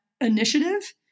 initiative